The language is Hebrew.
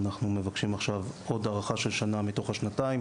אנחנו מבקשים עכשיו עוד הארכה של שנה מתוך השנתיים